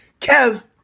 Kev